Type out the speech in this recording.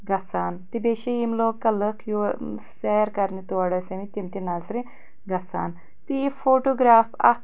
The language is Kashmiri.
گَژھان تہٕ بیٚیہِ چھِ یِم لوکَل لُکھ یِم سیر کِرنہِ توڈ ٲسۍ ٲمٕتۍ تِم تہِ نظرِ گَژھان تہٕ یہِ فوٹوگرٛاف اَتھ